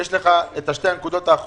יש לך שתי הנקודות שנשארו.